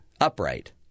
upright